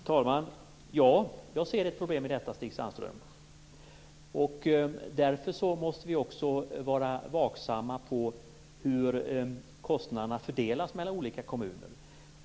Herr talman! Ja, jag ser ett problem i detta, Stig Sandström. Därför måste vi också vara vaksamma på hur kostnaderna fördelas mellan olika kommuner.